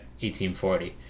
1840